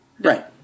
Right